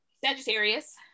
Sagittarius